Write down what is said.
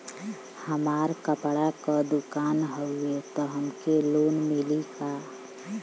हमार कपड़ा क दुकान हउवे त हमके लोन मिली का?